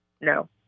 No